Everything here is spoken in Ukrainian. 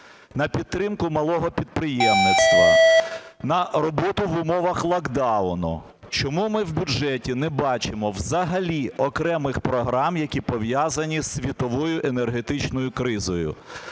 на підтримку малого підприємництва, на роботу в умовах локдауну? Чому ми в бюджеті не бачимо взагалі окремих програм, які пов'язані з світовою енергетичною кризою?